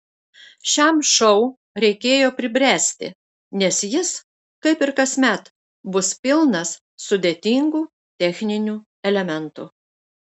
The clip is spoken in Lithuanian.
šiam šou reikėjo pribręsti nes jis kaip ir kasmet bus pilnas sudėtingų techninių elementų